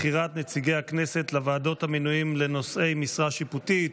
בחירת נציגי הכנסת לוועדות המינויים לנושאי משרה שיפוטית.